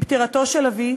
עם פטירתו של אבי,